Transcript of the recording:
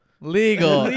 Legal